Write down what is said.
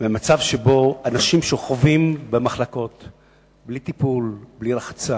מהמצב שבו אנשים שוכבים במחלקות בלי טיפול ובלי רחצה,